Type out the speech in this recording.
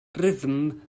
rhythm